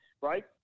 right